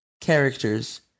Characters